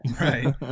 right